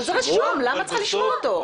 אבל זה רשום, למה את צריכה לשמוע אותו?